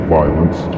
violence